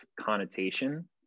connotation